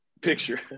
picture